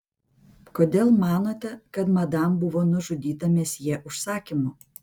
kodėl manote kad madam buvo nužudyta mesjė užsakymu